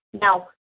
Now